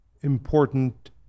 important